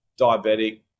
diabetic